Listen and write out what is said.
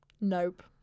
Nope